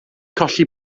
colli